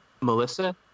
Melissa